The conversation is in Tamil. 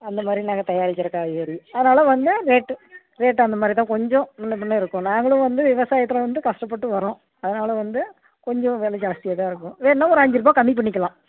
அந்த மாதிரி நாங்கள் தயாரிக்கிறோம் காய்கறி அதனால வந்து ரேட் ரேட் அந்த மாதிரிதான் கொஞ்சம் முன்னபின்ன இருக்கும் நாங்களும் வந்து விவசாயத்தில் வந்து கஷ்டப்பட்டு வரோம் அதனால வந்து கொஞ்சம் வில ஜாஸ்தியாகதான் இருக்கும் வேணும்னா ஒரு அஞ்சுருபா கம்மி பண்ணிக்கலாம்